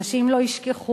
אנשים לא ישכחו.